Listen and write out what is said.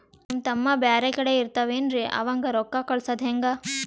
ನಮ್ ತಮ್ಮ ಬ್ಯಾರೆ ಕಡೆ ಇರತಾವೇನ್ರಿ ಅವಂಗ ರೋಕ್ಕ ಕಳಸದ ಹೆಂಗ?